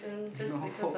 no